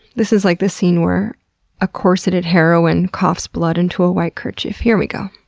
this is like the scene where a corseted heroine coughs blood into a white kerchief. here we go.